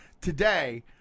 today